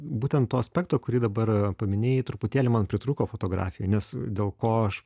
būtent to aspekto kurį dabar paminėjai truputėlį man pritrūko fotografijoj nes dėl ko aš